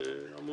זו עמותה עצמאית.